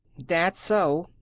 that's so,